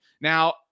Now